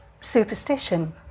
superstition